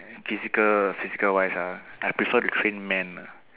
physical physical wise ah I prefer to train men ah